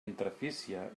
interfície